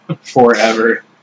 forever